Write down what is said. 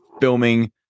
filming